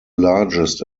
largest